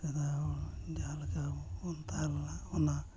ᱥᱮᱫᱟᱭ ᱦᱚᱲ ᱡᱟᱦᱟᱸ ᱞᱮᱠᱟ ᱵᱚᱱ ᱛᱟᱦᱮᱸ ᱞᱮᱱᱟ ᱚᱱᱟ